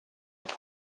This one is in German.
auch